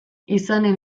izanen